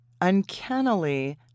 uncannily